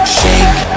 shake